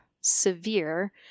severe